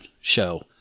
Show